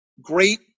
great